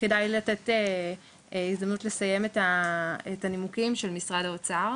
כדאי לתת הזדמנות לסיים את הנימוקים של משרד האוצר